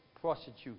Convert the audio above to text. prostitutes